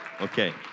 Okay